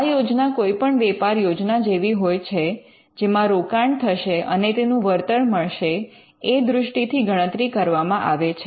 આ યોજના કોઇપણ વેપાર યોજના જેવી હોય છે જેમાં રોકાણ થશે અને તેનું વળતર મળશે એ દૃષ્ટિથી ગણતરી કરવામાં આવે છે